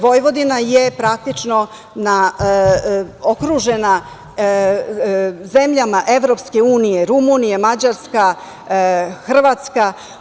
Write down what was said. Vojvodina je praktično okružena zemljama EU, Rumunija, Mađarska, Hrvatska.